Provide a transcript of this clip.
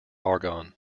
argon